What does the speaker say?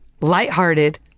lighthearted